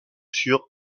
sûr